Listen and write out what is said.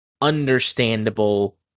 understandable